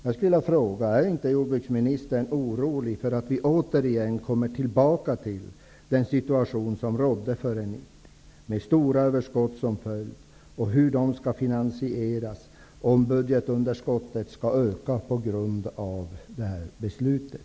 Jag skulle vilja fråga: Är inte jordbruksministern orolig för att vi kommer tillbaka till den situation som rådde före 1990, med stora överskott som följd? Hur skall de överskotten finansieras, om budgetunderskottet ökar på grund av det här beslutet?